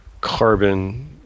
carbon